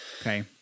Okay